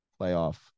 playoff